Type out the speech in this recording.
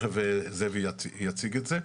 תיכף זאב יציג את זה.